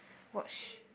watch